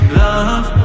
love